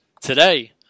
today